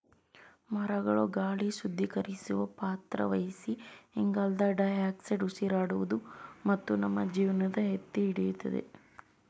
ಮರಗಳು ಗಾಳಿ ಶುದ್ಧೀಕರಿಸುವ ಪಾತ್ರ ವಹಿಸಿ ಇಂಗಾಲದ ಡೈಆಕ್ಸೈಡ್ ಉಸಿರಾಡುವುದು ಮತ್ತು ನಮ್ಮ ಜೀವನ ಎತ್ತಿಹಿಡಿದಿದೆ